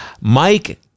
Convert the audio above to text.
Mike